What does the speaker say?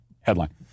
headline